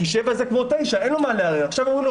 כי 7 זה כמו 9. עכשיו אומרים לו